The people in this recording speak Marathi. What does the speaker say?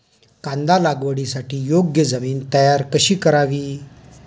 कांदा लागवडीसाठी योग्य जमीन तयार कशी करावी?